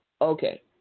Okay